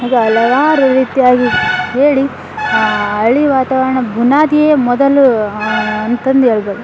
ಅದು ಹಲವಾರು ರೀತಿಯಾಗಿ ಹೇಳಿ ಹಳ್ಳಿ ವಾತಾವರಣ ಬುನಾದಿಯೇ ಮೊದಲು ಅಂತಂದು ಹೇಳ್ಬೋದು